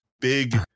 big